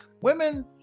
women